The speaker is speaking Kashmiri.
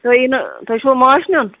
تُہۍ یِنہٕ تۅہہِ چھُوا مٲنٛچھ نِیُن